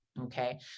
Okay